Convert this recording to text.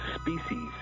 species